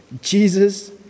Jesus